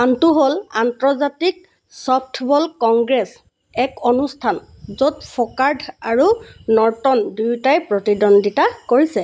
আনটো হ'ল আন্তৰ্জাতিক ছফ্টবল কংগ্ৰেছ এক অনুষ্ঠান য'ত ফ'কাৰ্ড আৰু নৰ্টন দুয়োটাই প্ৰতিদ্বন্দিতা কৰিছে